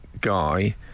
guy